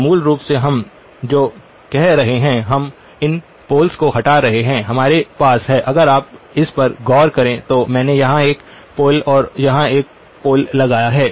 तो मूल रूप से हम जो कह रहे हैं हम इन पोल को हटा रहे हैं हमारे पास है अगर आप इस पर गौर करें तो मैंने यहां एक पोल और यहां एक पोल लगाया है